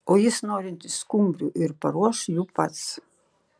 o jis norintis skumbrių ir paruoš jų pats